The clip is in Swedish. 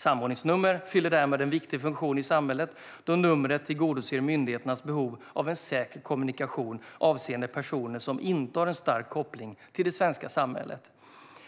Samordningsnummer fyller därmed en viktig funktion i samhället då numret tillgodoser myndigheters behov av en säker kommunikation avseende personer som inte har en stark koppling till det svenska samhället.